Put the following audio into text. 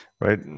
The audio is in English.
right